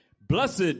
Blessed